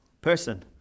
person